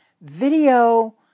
Video